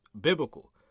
biblical